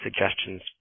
suggestions